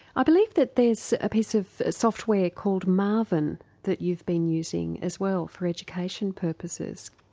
i believe that there's a piece of software called marvin that you've been using as well for education purposes.